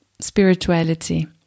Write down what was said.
spirituality